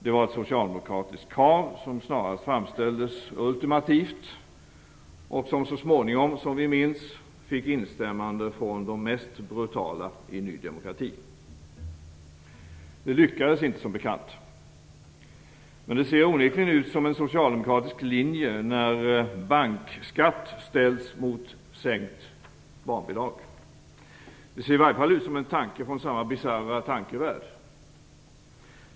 Det var ett socialdemokratiskt krav som snarare framställdes på ett ultimativt sätt. Så småningom, som vi minns, fick vi instämmanden från de mest brutala i Ny demokrati. Det hela lyckades inte, som bekant. Men det ser onekligen ut som en socialdemokratisk linje när bankskatt ställs mot sänkt barnbidrag. Det ser i varje fall ut som en tanke från samma bisarra tankevärld.